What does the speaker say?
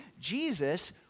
Jesus